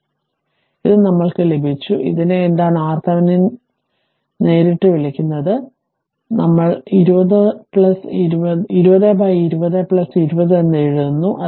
അതിനാൽ ഇത് ഞങ്ങൾക്ക് ലഭിച്ചു ഇതിനെ എന്താണ് RThevenin നേരിട്ട് വിളിക്കുന്നത് ഞങ്ങൾ 20 മുതൽ 2020 20 വരെ എഴുതുന്നു